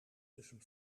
tussen